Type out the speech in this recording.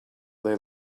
they